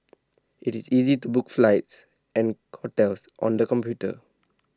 IT is easy to book flights and hotels on the computer